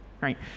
Right